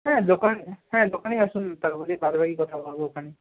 হ্যাঁ দোকান হ্যাঁ দোকানেই আসুন তারপরেই বাদবাকি কথা হবে ওখানে